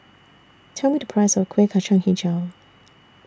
Tell Me The Price of Kueh Kacang Hijau